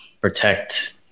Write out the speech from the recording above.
Protect